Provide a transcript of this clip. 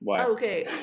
okay